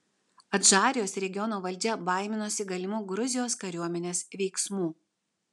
adžarijos regiono valdžia baiminosi galimų gruzijos kariuomenės veiksmų